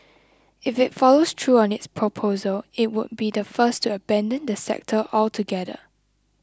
if it follows through on its proposal it would be the first to abandon the sector altogether